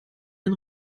den